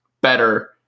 better